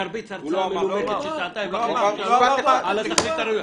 תרביץ הרצאה מנומקת של שעתיים וחצי-שלוש על התכלית הראויה.